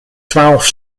twaalf